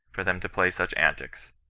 for them to play such antics.